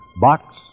Box